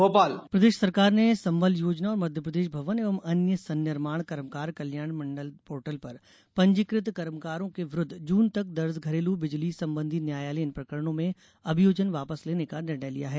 लोक अदालत प्रदेश सरकार ने संबल योजना और मप्र भवन एवं अन्य सन्निर्माण कर्मकार कल्याण मंडल पोर्टल पर पंजीकृत कर्मकारों के विरुद्ध जून तक दर्ज घरेलू बिजली संबंधी न्यायालयीन प्रकरणों में अभियोजन वापस लेने का निर्णय लिया है